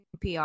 PR